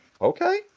Okay